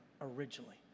originally